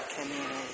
community